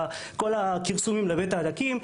כל הכרסומים לבית ההדקים,